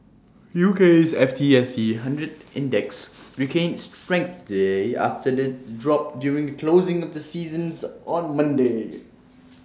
UK's F T S E hundred index regains strength today after its drop during closing of the sessions on Monday